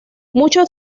muchos